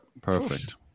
perfect